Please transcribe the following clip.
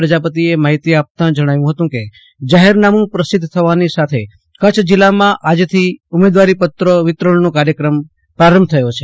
પ્રજાપતિએ માહિતી આપતા જણાવ્યું હતું કે જાહેરનામું પ્રસિદ્ધ થવાની સાથે કરછ જીલ્લામાં આજથી ઉમેદવારીપત્રો વિતરણ નો પ્રારંભ થયો છે